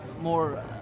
more